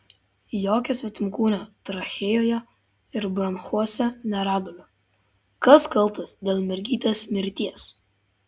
jokio svetimkūnio trachėjoje ir bronchuose neradome kas kaltas dėl mergytės mirties